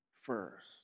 first